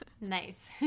nice